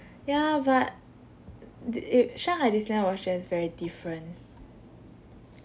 ya but the err shanghai disneyland was just very different